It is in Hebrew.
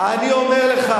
אני אומר לך,